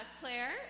Claire